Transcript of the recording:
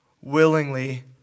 willingly